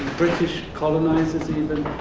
british colonizers, even.